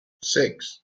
six